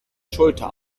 schulter